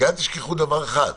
כי אל תשכחו דבר אחד,